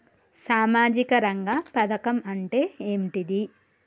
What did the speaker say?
సామాజిక రంగ పథకం అంటే ఏంటిది?